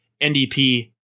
NDP